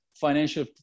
financial